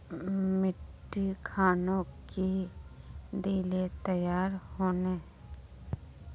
मिट्टी खानोक की दिले तैयार होने?